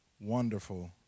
wonderful